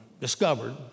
discovered